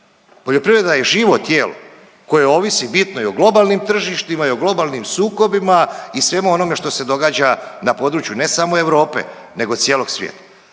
Poljoprivreda je živo tijelo koje ovisi bitno i o globalnim tržištima i o globalnim sukobima i svemu onome što se događa na području ne samo Europe nego cijelog svijeta.